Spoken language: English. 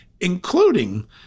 including